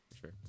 sure